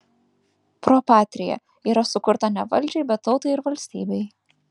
pro patria yra sukurta ne valdžiai bet tautai ir valstybei